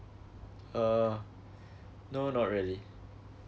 uh no not really